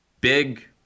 big